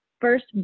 first